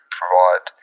provide